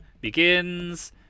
begins